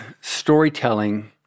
storytelling—